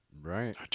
Right